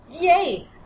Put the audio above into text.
Yay